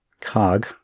Cog